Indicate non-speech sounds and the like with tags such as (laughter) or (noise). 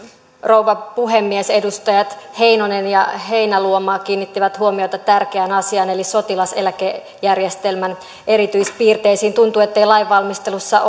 rouva puhemies edustajat heinonen ja heinäluoma kiinnittivät huomiota tärkeään asiaan eli sotilaseläkejärjestelmän erityispiirteisiin tuntuu ettei lainvalmistelussa (unintelligible)